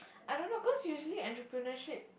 I don't know cause usually entreprenuership